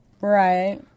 Right